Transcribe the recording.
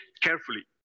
carefully